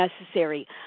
necessary